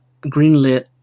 greenlit